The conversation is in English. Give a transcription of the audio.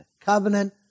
covenant